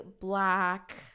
black